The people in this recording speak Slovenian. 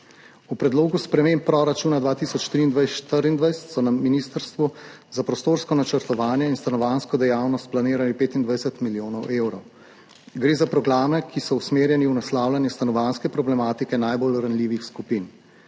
V predlogu sprememb proračunov 2023, 2024 so na ministrstvu za prostorsko načrtovanje in stanovanjsko dejavnost planirali 25 milijonov evrov. Gre za programe, ki so usmerjeni v naslavljanje stanovanjske problematike najbolj ranljivih skupin.